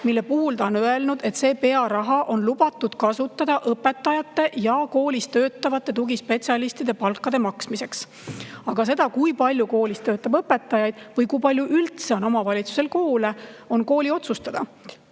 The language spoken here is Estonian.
mille puhul ta on öelnud, et see pearaha on lubatud kasutada õpetajate ja koolis töötavate tugispetsialistide palkade maksmiseks. Aga see, kui palju koolis töötab õpetajaid või kui palju üldse on omavalitsusel koole, on [omavalitsuse] otsustada.